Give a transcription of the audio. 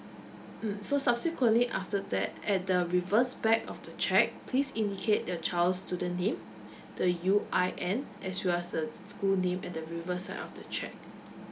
mm so subsequently after that at the reverse back of the cheque please indicate the child's student name the U_I_N as well as the school name at the reverse side of the cheque